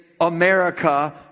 America